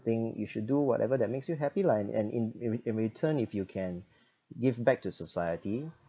think you should do whatever that makes you happy lah and and in in re~ in return if you can give back to society